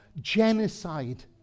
genocide